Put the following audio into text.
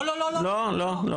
לא, לא, לא, לא.